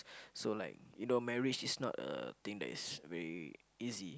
so like you know marriage is not a thing that is very easy